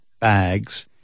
bags